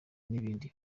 n’ibindi